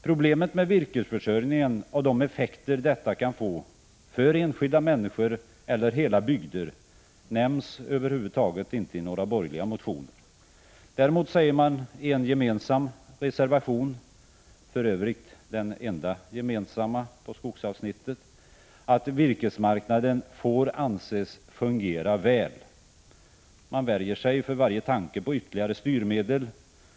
Problemet med virkesförsörjningen och de effekter detta kan få för enskilda människor eller hela bygder nämns över huvud taget inte i några borgerliga motioner. Däremot sägs i en gemensam reservation — för övrigt den enda gemensamma på skogsavsnittet — att virkesmarknaden får anses fungera väl. De borgerliga värjer sig för varje tanke på ytterligare styrmedel.